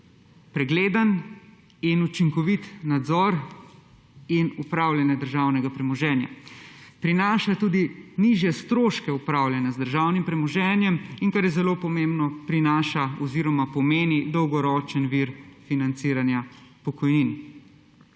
pregleden in učinkovit nadzor in upravljanje državnega premoženja. Prinaša tudi nižje stroške upravljanja z državnim premoženjem in, kar je zelo pomembno, prinaša oziroma pomeni dolgoročen vir financiranja pokojnin.